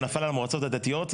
זה נפל על המועצות הדתיות.